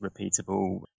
repeatable